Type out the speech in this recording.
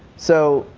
so,